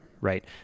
right